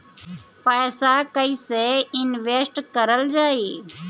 पैसा कईसे इनवेस्ट करल जाई?